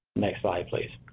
next slide please.